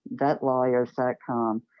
vetlawyers.com